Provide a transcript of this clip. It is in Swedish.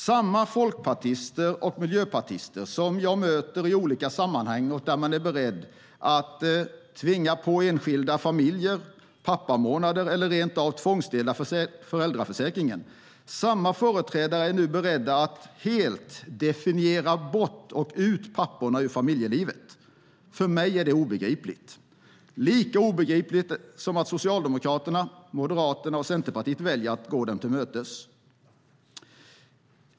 Samma folkpartister och miljöpartister som jag möter i olika sammanhang där man är beredd att tvinga på enskilda familjer pappamånader eller rent av att tvångsdela föräldraförsäkringen är nu beredda att helt definiera bort och ut papporna ur familjelivet. För mig är det obegripligt, lika obegripligt som att Socialdemokraterna, Moderaterna och Centerpartiet väljer att gå dem till mötes.